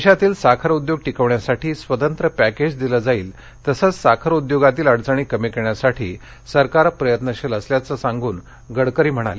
देशातील साखर उद्योग टिकवण्यासाठी स्वतंत्र पॅकेज दिलं जाईल तसंच साखर उद्योगातील अडचणी कमी करण्यासाठी सरकार प्रयत्नशील असल्याचं सांगून गडकरी म्हणाले